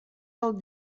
del